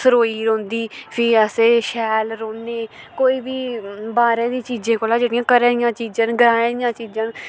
सरोई रौंह्दी फ्ही अस शैल रौह्न्ने कोई बी बाहरै दी चीजें कोला जेह्कियां घरै दियां चीजां न ग्राएं दियां चीजां न